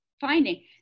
finding